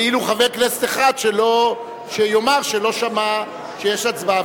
ולו חבר כנסת אחד שיאמר שלא שמע שיש הצבעה,